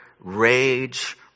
rage